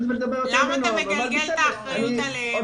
ולדבר --- למה אתה מגלגל את האחריות עליהם?